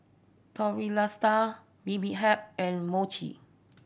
Bibimbap and Mochi